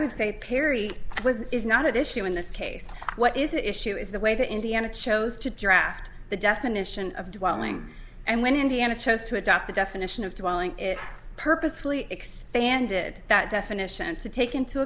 would say perry was is not at issue in this case what is an issue is the way the indiana chose to draft the definition of dwelling and when indiana chose to adopt the definition of two and it purposefully expanded that definition to take into